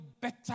better